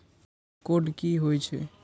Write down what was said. Code की होय छै?